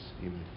Amen